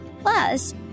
Plus